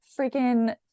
freaking